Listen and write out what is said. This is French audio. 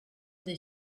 des